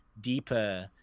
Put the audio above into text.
deeper